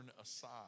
aside